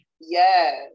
Yes